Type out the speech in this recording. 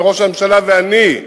וראש הממשלה ואני,